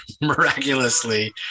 miraculously